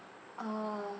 ah